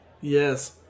Yes